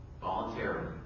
voluntarily